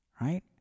right